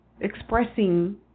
expressing